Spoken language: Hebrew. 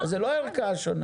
אז זו לא ערכאה שונה.